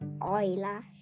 eyelash